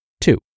Two